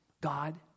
God